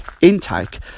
intake